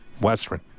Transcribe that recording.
Western